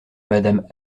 madame